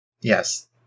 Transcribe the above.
Yes